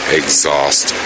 exhaust